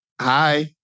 Hi